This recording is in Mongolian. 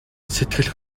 сэтгэл